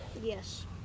Yes